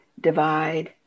divide